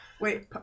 Wait